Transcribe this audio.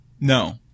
no